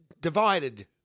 divided